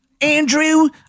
Andrew